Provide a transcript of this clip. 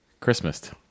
christmased